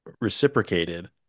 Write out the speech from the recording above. reciprocated